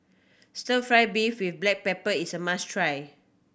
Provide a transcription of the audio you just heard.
Stir Fry beef with black pepper is a must try